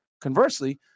conversely